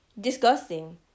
disgusting